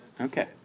Okay